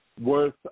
worth